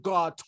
God